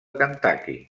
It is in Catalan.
kentucky